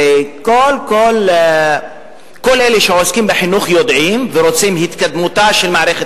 כל אלה שעוסקים בחינוך ורוצים בהתקדמותה של מערכת